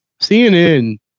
CNN